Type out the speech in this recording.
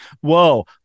whoa